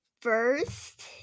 first